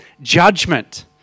judgment